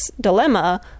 dilemma